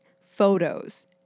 photos